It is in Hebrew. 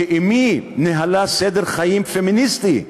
ואמי ניהלה סדר חיים פמיניסטי,